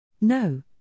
No